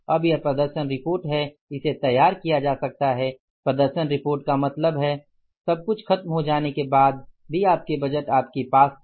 अब यह प्रदर्शन रिपोर्ट है इसे तैयार किया जा सकता है प्रदर्शन रिपोर्ट का मतलब है सब कुछ खत्म हो जाने के बाद भी आपके बजट आपके पास थे